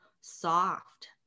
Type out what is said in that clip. soft